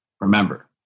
Remember